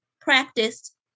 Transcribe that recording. practiced